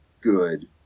good